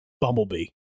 bumblebee